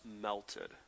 melted